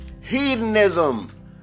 Hedonism